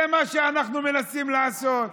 זה מה שאנחנו מנסים לעשות.